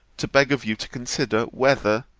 to beg of you to consider, whether,